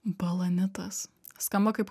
balanitas skamba kaip